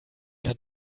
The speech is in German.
kann